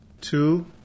Two